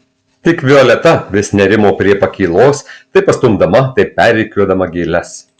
tik violeta vis nerimo prie pakylos tai pastumdama tai perrikiuodama gėles